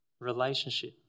Relationship